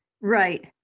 Right